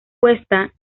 cuesta